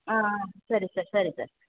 ಹಾಂ ಸರಿ ಸರ್ ಸರಿ ಸರ್